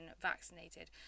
vaccinated